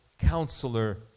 Counselor